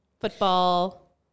Football